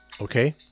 okay